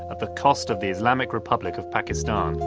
at the cost of the islamic republic of pakistan.